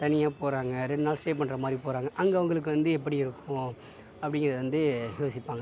தனியாக போகிறாங்க ரெண்டு நாள் ஸ்டே பண்றமாரி போகிறாங்க அங்கே அவங்களுக்கு வந்து எப்படி இருக்கும் அப்படிங்கறது வந்து யோசிப்பாங்க